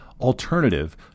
alternative